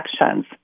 actions